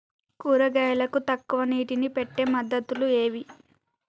కూరగాయలకు తక్కువ నీటిని పెట్టే పద్దతులు ఏవి?